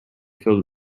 filled